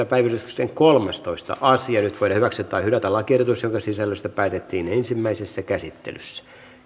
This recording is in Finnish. päiväjärjestyksen kolmastoista asia nyt voidaan hyväksyä tai hylätä lakiehdotus jonka sisällöstä päätettiin ensimmäisessä käsittelyssä